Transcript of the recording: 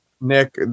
nick